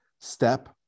step